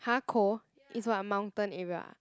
har cold is what a mountain area ah